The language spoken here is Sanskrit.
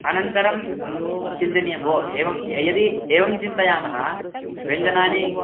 अनन्तरं चिन्तनीयं भोः एवं यदि एवं चिन्तयामः व्यञ्जनानि